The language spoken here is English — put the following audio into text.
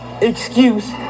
excuse